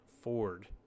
Ford